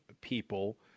people